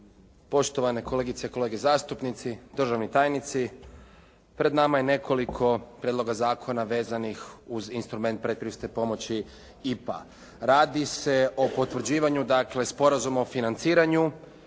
poštovane kolegice i kolege zastupnici, državni tajnici. Pred nama je nekoliko prijedloga zakona vezanih uz instrument pretpristupne pomoći IPA. Radi se o potvrđivanju dakle sporazuma o financiranju